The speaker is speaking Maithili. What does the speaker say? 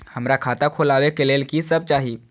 हमरा खाता खोलावे के लेल की सब चाही?